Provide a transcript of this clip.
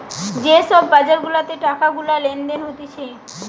যে সব বাজার গুলাতে টাকা গুলা লেনদেন হতিছে